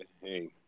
hey